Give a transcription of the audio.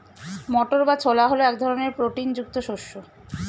মটর বা ছোলা হল এক ধরনের প্রোটিন যুক্ত শস্য